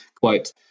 quote